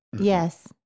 yes